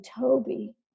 Toby